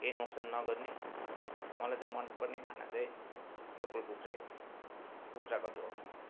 केही नोकसान नगर्ने मलाई चाहिँ मन पर्ने खाना चाहिँ लोकल कुखुरा हो कुखुराको झोल